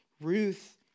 Ruth